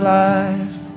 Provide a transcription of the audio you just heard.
life